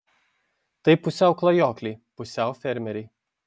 tai pusiau klajokliai pusiau fermeriai